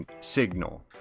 signal